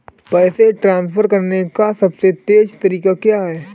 पैसे ट्रांसफर करने का सबसे तेज़ तरीका क्या है?